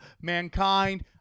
mankind